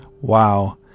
Wow